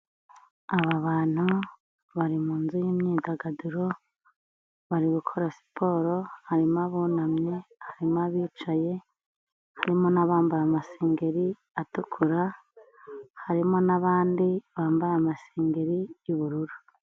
Aba bantu bari munzu y'imyidagaduro bari gukora siporo harimo abunamye, harimo abicaye, harimo n'abambaye amasengeri atukura, harimo n'abandi bambaye amasengeri y'ubururu.